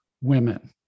women